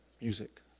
music